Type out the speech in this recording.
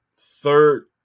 Third